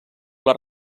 les